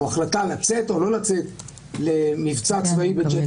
או החלטה לצאת או לא לצאת למבצע צבאי בג'נין